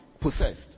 possessed